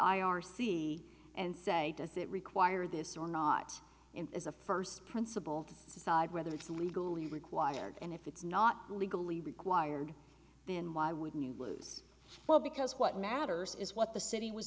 c and say does it require this or not is a first principle decide whether it's legally required and if it's not legally required then why wouldn't you lose well because what matters is what the city was